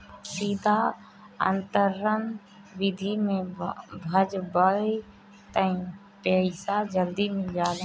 सीधा अंतरण विधि से भजबअ तअ पईसा जल्दी मिल जाला